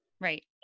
Right